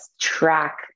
track